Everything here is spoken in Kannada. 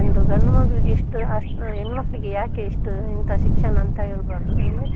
ಒಂದು ಗಂಡು ಮಗುವಿಗೆ ಇಷ್ಟು ಅಷ ಹೆಣ್ಣು ಮಕ್ಕಳಿಗೆ ಯಾಕೆ ಇಷ್ಟು ಇಂಥ ಶಿಕ್ಷಣ ಅಂತ ಹೇಳ್ಬಾರ್ದು ಅಂದರೆ